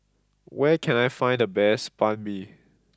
where can I find the best Banh Mi